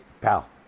pal